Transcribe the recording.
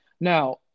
Now